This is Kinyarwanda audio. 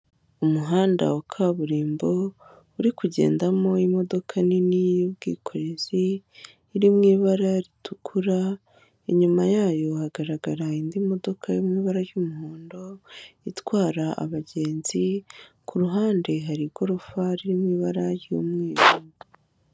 Umuhanda wa kaburimbo uri kugendamo imodoka nini y'ubwikorezi, iri mu ibara ritukura inyuma yayo hagaragara indi modoka y'bara y'umuhondo, itwara abagenzi, ku ruhande hari igorofa ririmo ibara ry'umweru.